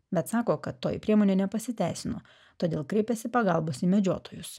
bet sako kad toji priemonė nepasiteisino todėl kreipėsi pagalbos į medžiotojus